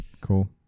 cool